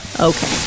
Okay